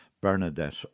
Bernadette